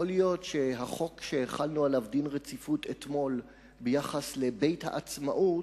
יכול להיות שהחוק שהחלנו עליו דין רציפות אתמול ביחס לבית-העצמאות